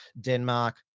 denmark